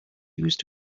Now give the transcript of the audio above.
used